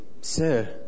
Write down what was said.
Sir